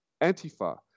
Antifa